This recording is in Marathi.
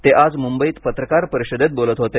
ते आज मुंबईत पत्रकार परिषदेत बोलत होते